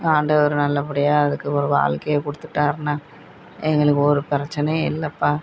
ஆண்டவர் நல்லபடியாக அதுக்கு ஒரு வாழ்க்கைய கொடுத்துட்டாருன்னா எங்களுக்கு ஒரு பிரச்சினையும் இல்லைப்பா